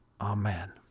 Amen